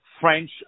French